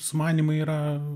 sumanymai yra